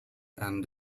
and